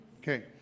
Okay